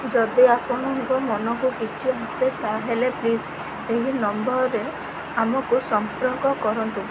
ଯଦି ଆପଣଙ୍କ ମନକୁ କିଛି ଆସେ ତା'ହେଲେ ପ୍ଲିଜ୍ ଏହି ନମ୍ବରରେ ଆମକୁ ସମ୍ପର୍କ କରନ୍ତୁ